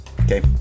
Okay